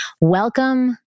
welcome